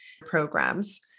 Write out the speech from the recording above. programs